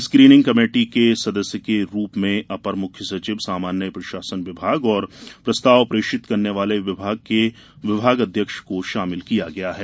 screening committee में सदस्य के रूप में अपर मुख्य सचिव सामान्य प्रशासन विभाग और प्रस्ताव प्रेषित करने वाले विभाग के विभागाध्यक्ष को शामिल किया गया है